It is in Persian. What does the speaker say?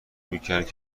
میکرد